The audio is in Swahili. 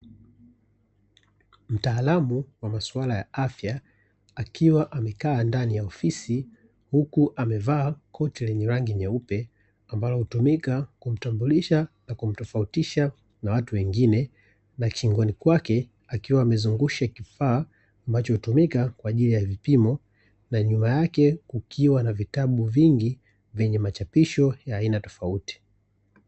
Mtaalamu wa masuala ya afya, akiwa amekaa ndani ya ofisi, huku amevaa koti lenye rangi nyeupe, ambalo hutumika kumtambulisha na kumtofautisha na watu wengine, na shingoni kwake akiwa amezungusha kifaa ambacho hutumika kwa ajili ya vipimo, na nyuma yake kukiwa na vitabu vingi vyenye machapisho ya aina tofauti.